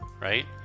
right